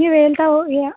ನೀವು ಎಲ್ಲಿ ತಗೋ ಯಾ